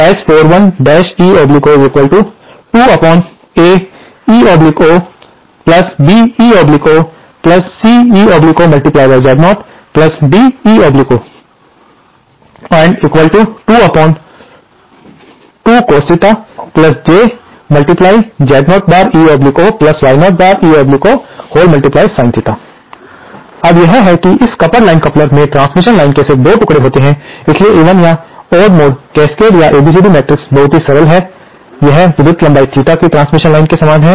Meocos jZ0eosin jY0eo cos with Z0e1Y0eZ0eZ0 Z0o1Y0oZ0oZ0 S11eoAeoBeo Ceo DeoAeoBeoCeoDeojZ0eo Y0eo2cos jZ0eoY0eosin S41eo2AeoBeoCeoZ0Deo22cos jZ0eoY0eosin अब यह है इस coupled line coupler में transmission line के सिर्फ 2 टुकड़े होते हैं इसलिए इवन या ओड मोड कैस्केड या एबीसीडी मैट्रिक्स बहुत ही सरल है यह विद्युत लंबाई थीटा की ट्रांसमिशन लाइन के समान है